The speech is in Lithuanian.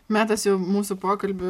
metas jau mūsų pokalbį